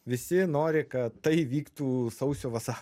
visi nori kad tai vyktų sausio vasa